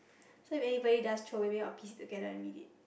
so if anybody does throw away maybe I'll piece together and read it